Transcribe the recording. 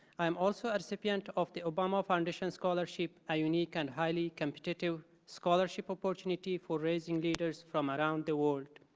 i am also a recipient of the obama foundation scholarship, a unique and highly competitive scholarship opportunity for rising leaders from around the world.